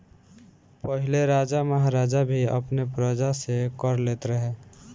पहिले राजा महाराजा भी अपनी प्रजा से कर लेत रहे